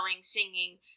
singing